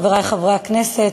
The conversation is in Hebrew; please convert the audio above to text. חברי חברי הכנסת,